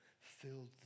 Filled